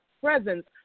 presence